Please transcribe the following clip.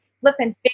flipping